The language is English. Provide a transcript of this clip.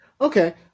Okay